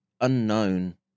unknown